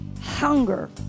hunger